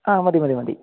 ആ മതി മതി മതി